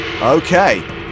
Okay